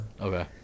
Okay